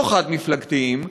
לא חד-מפלגתיים,